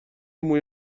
موی